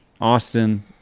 Austin